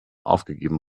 aufgegeben